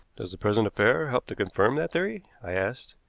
does the present affair help to confirm that theory? i asked.